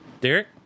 Derek